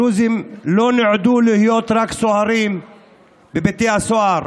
הדרוזים לא נועדו להיות רק סוהרים בבתי הסוהר